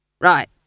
Right